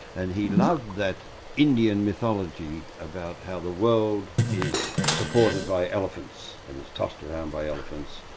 and he loved that indian mythology about how the world is supported by elephants and is tossed around by elephants,